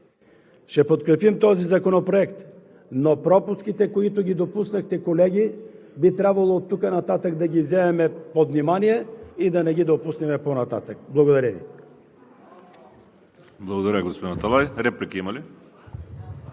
Ще подкрепим този законопроект, но пропуските, които допуснахте, колеги, би трябвало оттук нататък да ги вземем под внимание и да не ги допуснем по-нататък. Благодаря Ви.